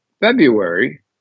February